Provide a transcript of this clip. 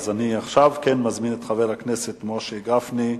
עכשיו אני מזמין את חבר הכנסת משה גפני.